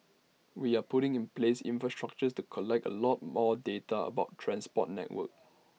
we are putting in place infrastructures to collect A lot more data about transport network